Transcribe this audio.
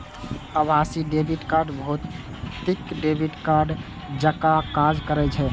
आभासी debit card भौतिक debit कार्डे जकां काज करै छै